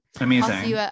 Amazing